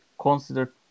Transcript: consider